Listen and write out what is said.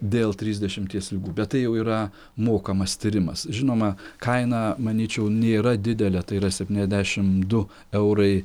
dėl trisdešimties ligų bet tai jau yra mokamas tyrimas žinoma kaina manyčiau nėra didelė tai yra septyniasdešimt du eurai